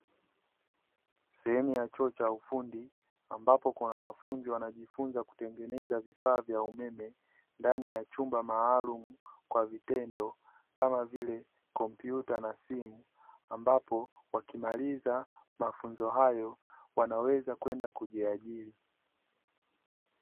Sehemu ya chuo cha ufundi ambapo kuna wanafunzi wanaendelea kutengeneza vifaa vya umeme ndani ya chumba maalumu kama vile kompyuta na simu. Ambapo wakimaliza mafunzo hayo wanaweza kujiajiri.